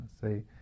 say